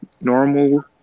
normal